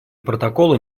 протокола